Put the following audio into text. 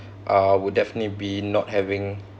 uh would definitely be not having